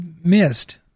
missed